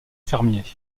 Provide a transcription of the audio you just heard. fermier